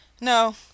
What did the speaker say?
No